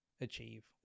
achieve